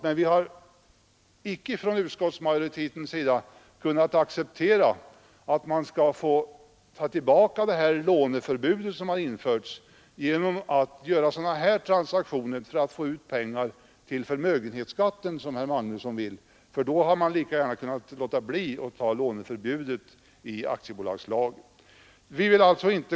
Men utskottsmajoriteten har icke kunnat acceptera ett borttagande av det låneförbud som har införts genom att ge rätt till sådana här transaktioner för att få ut pengar till förmögenhetsskatten, vilket herr Magnusson vill. Då hade man lika gärna kunnat låta bli att införa låneförbudet i aktiebolagslagen.